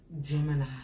Gemini